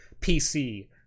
PC